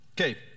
Okay